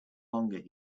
longer